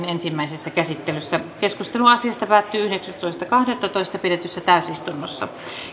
ensimmäisessä käsittelyssä keskustelu asiasta päättyi yhdeksästoista kahdettatoista kaksituhattakuusitoista pidetyssä täysistunnossa